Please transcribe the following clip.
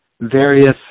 various